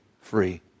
free